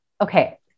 Okay